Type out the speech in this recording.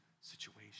situation